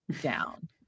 down